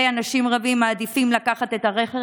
הרי אנשים רבים מעדיפים לקחת את הרכב